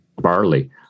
barley